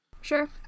Sure